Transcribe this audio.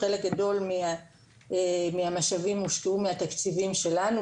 חלק גדול מהמשאבים הושקעו מהתקציבים שלנו.